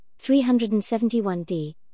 371d